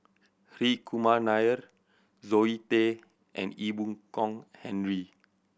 Hri Kumar Nair Zoe Tay and Ee Boon Kong Henry